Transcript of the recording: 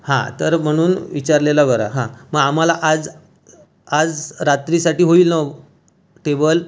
हो तर म्हणून विचारलेलं बरा हा आम्हाला आज आज रात्रीसाठी होईल ना टेबल